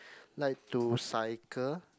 like to cycle